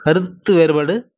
கருத்து வேறுபாடு